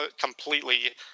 completely